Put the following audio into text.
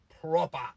proper